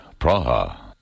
Praha